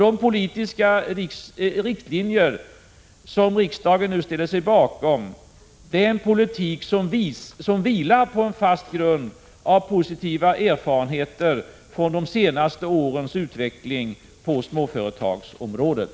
De politiska riktlinjer som riksdagen nu ställer sig bakom är en politik, som vilar på en fast grund av positiva erfarenheter från de senaste årens utveckling på småföretagsområdet.